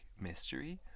mystery